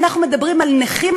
אנחנו מדברים על נכים,